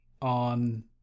on